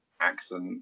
accent